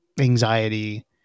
anxiety